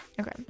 okay